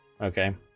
Okay